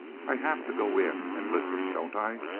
i have to go in and listen, don't i?